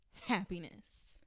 Happiness